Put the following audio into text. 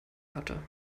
hatte